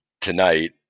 tonight